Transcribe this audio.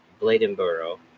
Bladenboro